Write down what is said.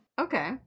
Okay